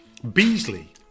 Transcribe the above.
Beasley